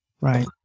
Right